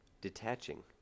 detaching